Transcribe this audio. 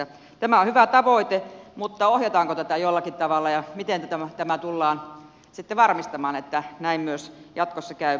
tämä on hyvä tavoite mutta ohjataanko tätä jollakin tavalla ja miten tämä tullaan sitten varmistamaan että näin myös jatkossa käy